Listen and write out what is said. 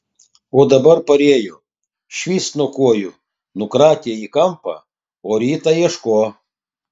o dabar parėjo švyst nuo kojų nukratė į kampą o rytą ieško